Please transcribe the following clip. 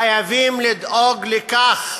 חייבים לדאוג לכך,